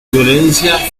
violencia